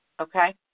Okay